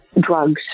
drugs